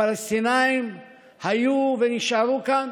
הפלסטינים היו ונשארו כאן,